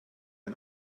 ein